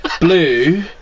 blue